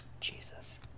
Jesus